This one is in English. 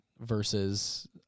versus